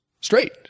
straight